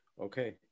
Okay